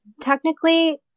technically